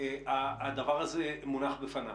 הדבר הזה מונח בפניו?